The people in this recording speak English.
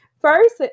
first